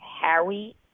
Harry